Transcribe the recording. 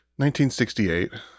1968